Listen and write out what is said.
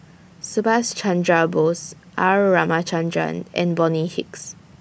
Subhas Chandra Bose R Ramachandran and Bonny Hicks